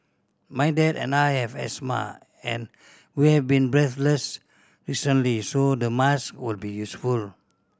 my dad and I have asthma and we have been breathless recently so the masks will be useful